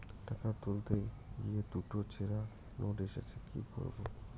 টাকা তুলতে গিয়ে দুটো ছেড়া নোট এসেছে কি করবো?